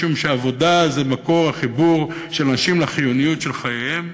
משום שעבודה זה מקור החיבור של אנשים לחיוניות של חייהם,